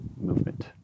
Movement